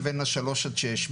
לבין שלוש עד שש.